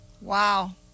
Wow